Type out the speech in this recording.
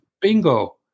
bingo